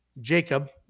Jacob